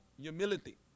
humility